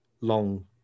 long